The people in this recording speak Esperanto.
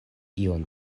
ion